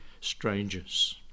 strangers